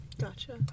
Gotcha